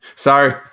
Sorry